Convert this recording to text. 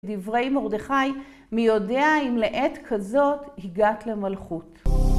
דברי מרדכי, מי יודע אם לעת כזאת הגעת למלכות.